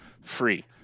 Free